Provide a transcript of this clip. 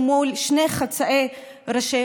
תודה רבה, אדוני היושב-ראש.